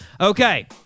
Okay